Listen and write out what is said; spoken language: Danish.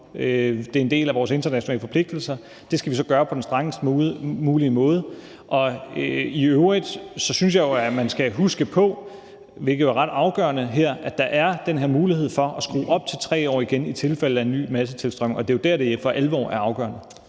det er en del af vores internationale forpligtelser – og det skal vi så gøre på den strengest mulige måde. i øvrigt synes jeg jo, at man skal huske på, at der – hvilket jo er ret afgørende her – er den her mulighed for at skrue op til 3 år igen i tilfælde af en ny massetilstrømning, og det er jo der, det for alvor er afgørende.